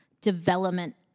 development